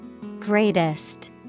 Greatest